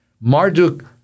Marduk